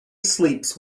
sleeps